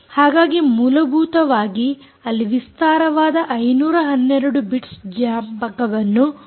ಹಾಗಾಗಿ ಮೂಲಭೂತವಾಗಿ ಅಲ್ಲಿ ವಿಸ್ತಾರವಾದ 512 ಬಿಟ್ಸ್ ಜ್ಞಾಪಕವನ್ನು ಹೊಂದಬಹುದು